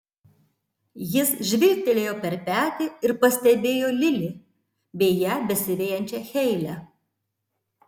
jis žvilgtelėjo per petį ir pastebėjo lili bei ją besivejančią heilę